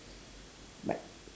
but